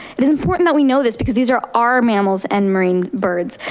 it is important that we know this because these are our mammals and marine birds.